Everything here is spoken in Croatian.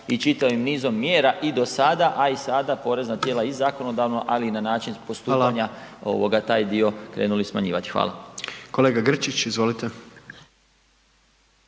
i čitavim nizom mjera i do sada, a i sada porezna tijela i zakonodavno ali i na način postupanja …/Upadica: Hvala./… ovoga taj dio krenuli smanjivati. Hvala. **Jandroković,